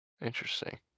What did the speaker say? Interesting